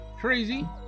Crazy